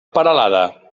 peralada